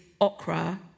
okra